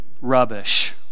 rubbish